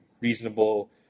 reasonable